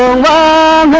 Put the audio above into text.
la